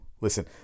Listen